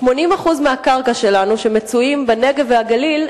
80% מהקרקעות שלנו שמצויות בנגב והגליל,